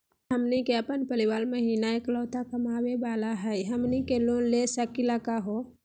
हमनी के अपन परीवार महिना एकलौता कमावे वाला हई, हमनी के लोन ले सकली का हो?